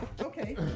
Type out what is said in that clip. Okay